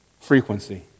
frequency